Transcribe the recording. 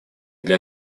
для